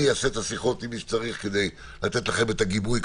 אני אעשה שיחות עם מי שצריך כדי לתת לכם גיבוי,